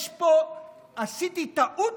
עשיתי טעות.